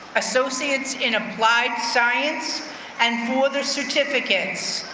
associates in applied science and for the certificates,